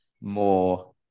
more